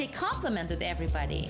they complimented everybody